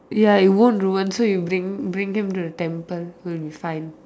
ya it won't ruin so you bring bring him to the temple so you will be fine